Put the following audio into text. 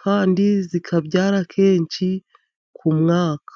Kandi zikabyara kenshi ku mwaka.